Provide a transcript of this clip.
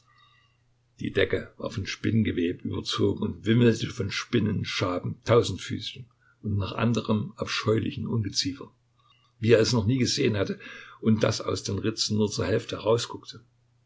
die decke war von spinngeweben überzogen und wimmelte von spinnen schaben tausendfüßchen und noch anderem abscheulichem ungeziefer wie er es noch nie gesehen hatte und das aus den ritzen nur zur hälfte